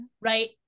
right